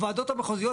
הוועדות המחוזיות,